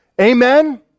Amen